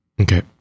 Okay